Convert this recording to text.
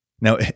Now